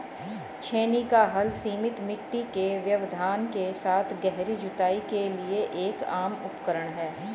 छेनी का हल सीमित मिट्टी के व्यवधान के साथ गहरी जुताई के लिए एक आम उपकरण है